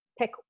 pick